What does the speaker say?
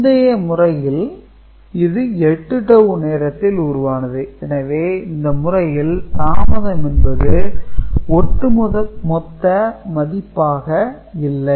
முந்தைய முறையில் இது 8 டவூ நேரத்தில் உருவானது எனவே இந்த முறையில் தாமதம் என்பது ஒட்டுமொத்த மதிப்பாக இல்லை